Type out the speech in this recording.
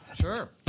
sure